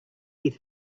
get